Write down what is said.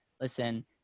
listen